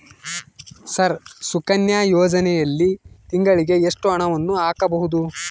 Sir Sukanya ಯೋಜನೆಯಲ್ಲಿ ತಿಂಗಳಿಗೆ ಎಷ್ಟು ಹಣವನ್ನು ಹಾಕಬಹುದು?